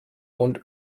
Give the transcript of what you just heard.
und